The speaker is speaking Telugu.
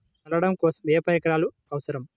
చల్లడం కోసం ఏ పరికరాలు అవసరం?